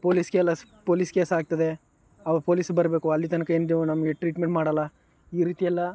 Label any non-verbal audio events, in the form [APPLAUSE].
police ಕೆಲಸ police ಕೇಸಾಗ್ತದೆ ಆವಾಗ ಪೋಲೀಸ್ ಬರಬೇಕು ಅಲ್ಲಿ ತನಕ [UNINTELLIGIBLE] ನಮಗೆ ಟ್ರೀಟ್ಮೆಂಟ್ ಮಾಡೋಲ್ಲ ಈ ರೀತಿಯೆಲ್ಲ